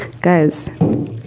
guys